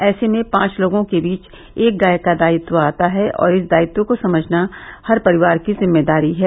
ऐसे में पांच लोगों के बीच एक गाय का दायित्व आता है और इस दायित्व को समझना हर परिवार की जिम्मेदारी है